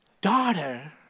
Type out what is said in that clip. Daughter